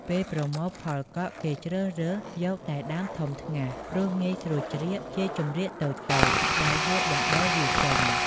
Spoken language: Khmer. ពេលប្រមូលផលកក់ គេជ្រើសរើសយកតែដើមធំថ្ងាស ព្រោះងាយស្រួលច្រៀក ជាចំរៀកតូចៗ ដោយហូតបណ្តូលវាចេញ ។